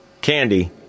Candy